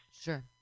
Sure